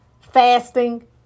fasting